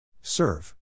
Serve